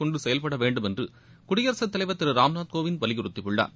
கொண்டு செயல்பட வேண்டும் என்று குடியரசுத் தலைவர் திரு ராம்நாத் கோவிந்த் வலிபுறுத்தியுள்ளார்